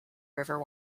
river